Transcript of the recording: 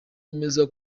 yemeza